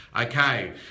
Okay